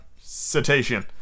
cetacean